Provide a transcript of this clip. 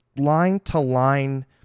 line-to-line